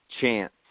chance